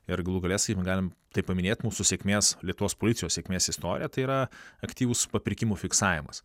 ir galų gale sakykim galim tai paminėti mūsų sėkmės lietuvos policijos sėkmės istorija tai yra aktyvus papirkimų fiksavimas